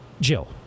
Jill